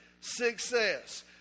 Success